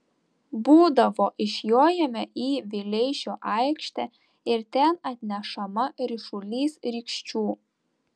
būdavo išjojame į vileišio aikštę ir ten atnešama ryšulys rykščių